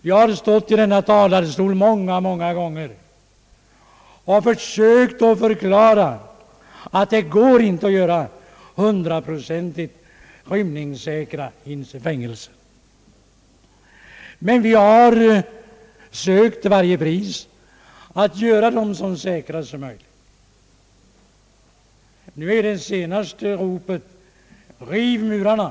Jag har stått i denna talarstol många gånger och försökt förklara, att det inte går att göra hundraprocentigt rymningssäkra fängelser, men att vi har försökt till varje pris att göra dem så säkra som möjligt. Det senaste ropet lyder: Riv murarna!